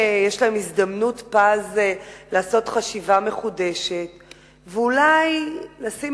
יש להם הזדמנות פז לחשוב מחדש ואולי לשים